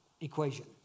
equation